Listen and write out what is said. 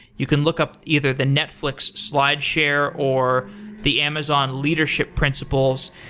you can look up either the netflix slideshare, or the amazon leadership principles,